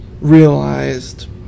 realized